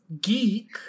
geek